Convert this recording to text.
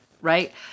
right